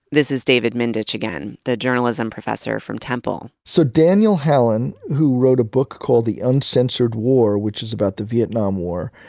this is david mindich again. the journalism professor from temple. so daniel hallin, who wrote a book called the uncensored war, which is about the vietnam war,